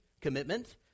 commitment